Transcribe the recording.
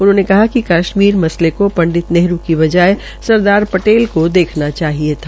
उन्होंने कहा कि कशमीर मसले को पंडित नेहरू की बजाय सरदार पटेल को देखना चाहिए था